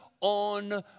on